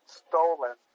stolen